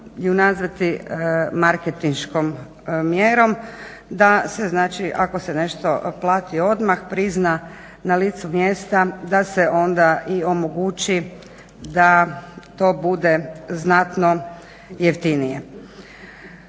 ju nazvati marketinškom mjerom, da se znači ako se nešto plati odmah prizna na licu mjesta, da se onda i omogući da to bude znatno jeftinije.